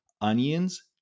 onions